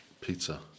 pizza